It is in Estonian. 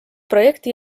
projekti